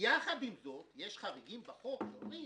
יחד עם זאת יש חריגים בחוק שאומרים